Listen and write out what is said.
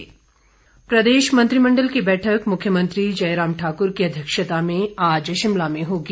मंत्रिमंडल प्रदेश मंत्रिमंडल की बैठक मुख्यमंत्री जयराम ठाक्र की अध्यक्षता में आज शिमला में होगी